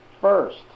first